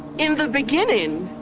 in the beginning,